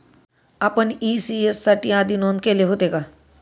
आपण इ.सी.एस साठी आधी नोंद केले होते का?